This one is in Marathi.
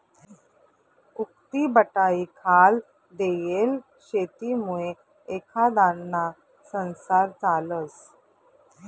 उक्तीबटाईखाल देयेल शेतीमुये एखांदाना संसार चालस